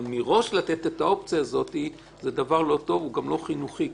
אבל מראש לתת את האופציה הזאת זה דבר לא טוב והוא גם לא חינוכי.